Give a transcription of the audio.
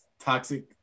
Toxic